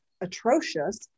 atrocious